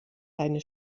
deine